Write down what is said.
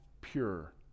pure